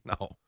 No